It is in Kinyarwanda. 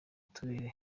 turere